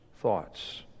thoughts